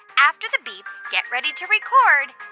after the beep, get ready to record